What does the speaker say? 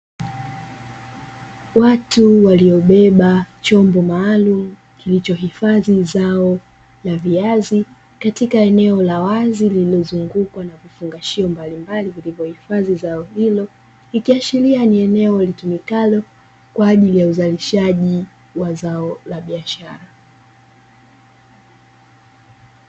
Watu waliobeba chombo maalumu kilichohifadhi zao la viazi katika eneo la wazi lililozungukwa na vifungashio mbalimbali vilivyohifadhi zao hilo, ikiashiria ni eneo litumikalo kwa ajili ya uzalishaji wa zao la biashara.